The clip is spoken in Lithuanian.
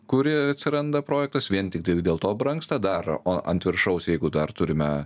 kuri atsiranda projektas vien tiktai dėl to brangsta dar o ant viršaus jeigu dar turime